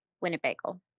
Winnebago